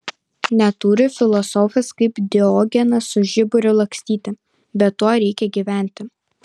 neturi filosofas kaip diogenas su žiburiu lakstyti bet tuo reikia gyventi